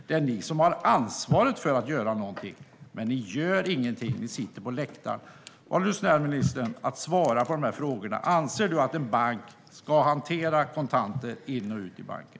Det är ni som har ansvaret för att göra någonting. Ni gör dock ingenting, utan ni sitter på läktaren. Var nu snäll och svara på frågorna, ministern. Anser du att en bank ska hantera kontanter in i och ut ur banken?